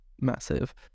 massive